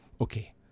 Okay